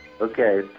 Okay